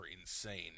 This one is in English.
insane